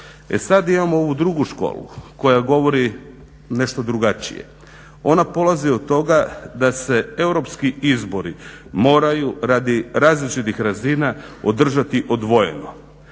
sad, imamo ovu drugu školu koja govori nešto drugačije. Ona polazi od toga da se europski izbori moraju radi različitih razina održati odvojeno.